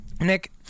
Nick